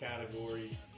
category